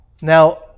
Now